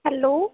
hello